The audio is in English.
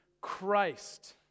Christ